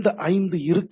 இந்த ஐந்து இருக்கும்